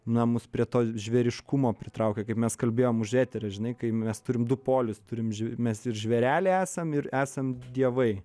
na mus prie tos žvėriškumo pritraukia kaip mes kalbėjom už eterio žinai kai mes turim du polius turim mes ir žvėreliai esam ir esam dievai